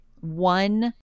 one